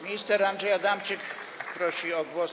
Minister Andrzej Adamczyk prosi o głos.